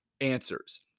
answers